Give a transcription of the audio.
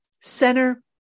center